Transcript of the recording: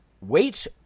weights